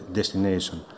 destination